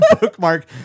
Bookmark